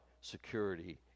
security